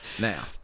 now